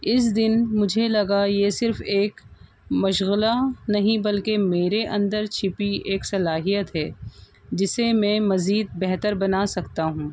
اس دن مجھے لگا یہ صرف ایک مشغلہ نہیں بلکہ میرے اندر چھپی ایک صلاحیت ہے جسے میں مزید بہتر بنا سکتا ہوں